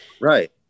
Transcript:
right